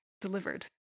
delivered